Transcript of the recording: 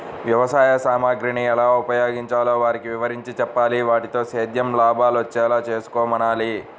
వ్యవసాయ సామగ్రిని ఎలా ఉపయోగించాలో వారికి వివరించి చెప్పాలి, వాటితో సేద్యంలో లాభాలొచ్చేలా చేసుకోమనాలి